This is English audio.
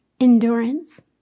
endurance